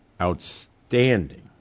outstanding